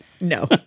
No